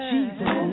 Jesus